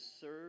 serve